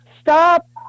stop